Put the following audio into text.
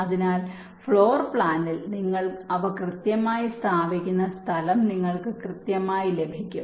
അതിനാൽ ഫ്ലോർ പ്ലാനിൽ നിങ്ങൾ അവ കൃത്യമായി സ്ഥാപിക്കുന്ന സ്ഥലം നിങ്ങൾക്ക് കൃത്യമായി ലഭിക്കും